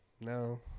No